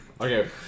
Okay